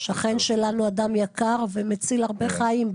שכן שלנו, אדם יקר ומציל הרבה חיים,